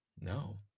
No